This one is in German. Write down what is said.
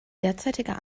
derzeitiger